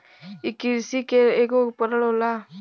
इ किरसी के ऐगो उपकरण होला